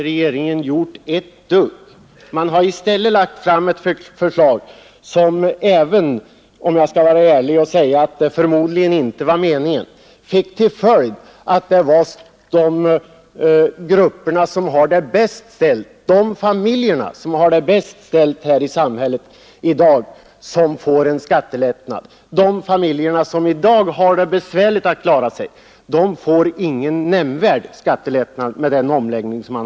Regeringen har i stället lagt fram ett förslag som — även om jag är ärlig och säger att det förmodligen inte var meningen — får till följd att de familjer som har det bäst ställt i samhället i dag får en skattelättnad, medan de familjer som i dag har besvärligt att klara sig inte får någon nämnvärd skattelättnad genom den föreslagna omläggningen.